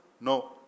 No